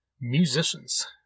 musicians